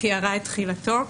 תיארה את תחילתו.